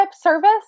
service